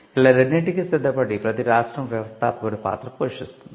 ఇలా రెండింటికి సిద్ధపడి ప్రతీ రాష్ట్రం వ్యవస్థాపకుడి పాత్ర పోషిస్తుంది